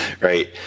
Right